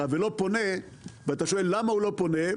ולא פונה ואתה שואל למה הוא לא פונה,